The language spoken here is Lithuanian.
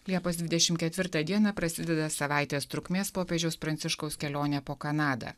liepos dvidešim ketvirtą dieną prasideda savaitės trukmės popiežiaus pranciškaus kelionė po kanadą